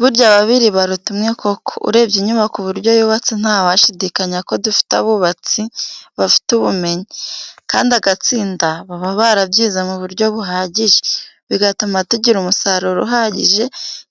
Burya ababiri baruta umwe koko, urebye inyubako uburyo yubatse ntawashidikanya ko dufite abubatsi bafite ubumenyi, kandi agatsinda baba barabyize mu buryo buhagije, bigatuma tugira umusaruro uhagije